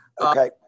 Okay